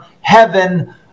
heaven